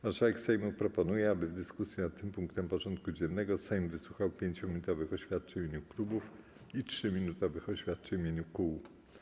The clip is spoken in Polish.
Marszałek Sejmu proponuje, aby w dyskusji nad tym punktem porządku dziennego Sejm wysłuchał 5-minutowych oświadczeń w imieniu klubów i 3-minutowych oświadczeń w imieniu kół.